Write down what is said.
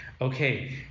okay